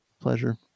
pleasure